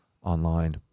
online